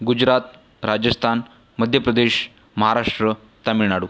Gujarat Rajasthan Madhya Pradesh Maharashtra Tamil Nadu